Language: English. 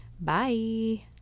Bye